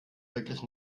wirklich